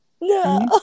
No